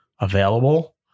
Available